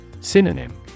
Synonym